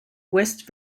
west